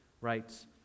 writes